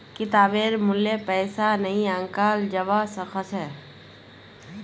किताबेर मूल्य पैसा नइ आंकाल जबा स ख छ